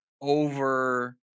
over